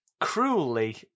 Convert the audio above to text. cruelly